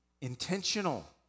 intentional